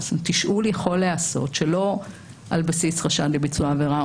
תשאול יכול להיעשות שלא על בסיס חשד לביצוע עבירה.